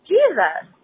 Jesus